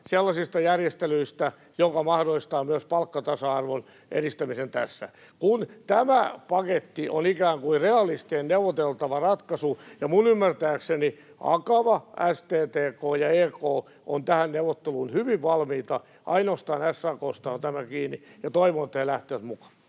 sellaisista järjestelyistä, jotka mahdollistavat myös palkkatasa-arvon edistämisen tässä. Tämä paketti on ikään kuin realistinen neuvoteltava ratkaisu, ja minun ymmärtääkseni Akava, STTK ja EK ovat tähän neuvotteluun hyvin valmiita, ainoastaan SAK:sta on tämä kiinni. Toivon, että he lähtevät mukaan.